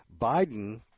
Biden